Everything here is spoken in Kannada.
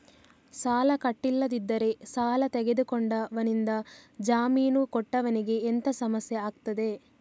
ಸಾಲ ಕಟ್ಟಿಲ್ಲದಿದ್ದರೆ ಸಾಲ ತೆಗೆದುಕೊಂಡವನಿಂದ ಜಾಮೀನು ಕೊಟ್ಟವನಿಗೆ ಎಂತ ಸಮಸ್ಯೆ ಆಗ್ತದೆ?